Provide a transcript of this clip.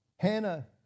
Hannah